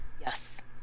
yes